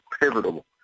pivotal